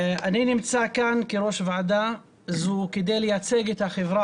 אני נמצא כאן כראש ועדה זו כדי לייצג את החברה